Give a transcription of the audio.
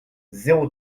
zéro